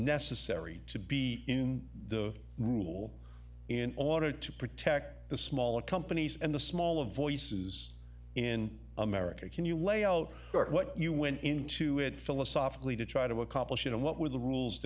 necessary to be in the rule in order to protect the small companies and the small of voices in america can you lay out what you went into it philosophically to try to accomplish it and what were the rules